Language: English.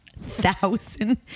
thousand